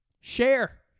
Share